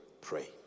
Pray